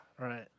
Right